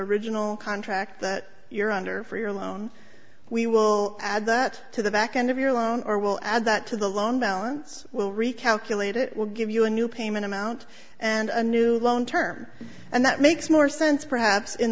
original contract that you're under for your loan we will add that to the back end of your loan or will add that to the loan balance we'll recalculate it will give you a new payment amount and a new loan term and that makes more sense perhaps in